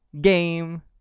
game